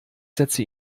setze